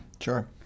Sure